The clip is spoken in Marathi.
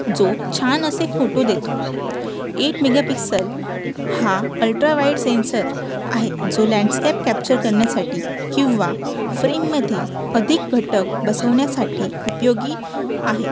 जो छान असे फोटो देतो एट मेगापिक्सल हा अल्ट्रावाइड सेन्सर आहे जो लँडस्कॅप कॅप्चर करण्यासाठी किंवा फ्रेममध्ये अधिक घटक बसवण्यासाठी उपयोगी आहे